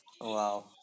Wow